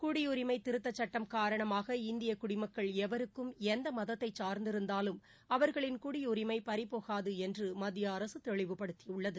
குடியரிமை திருத்த சுட்டம் காரணமாக இந்திய குடிமக்கள் எவருக்கும் எந்த மதத்தை சார்ந்திருந்தாலும் அவர்களின் குடியுரிமை பறிபோகாது என்று மத்திய அரசு தெளிவுபடுத்தியுள்ளது